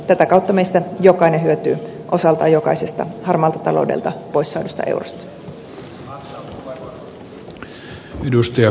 tätä kautta meistä jokainen hyötyy osaltaan jokaisesta harmaalta taloudelta pois saadusta eurosta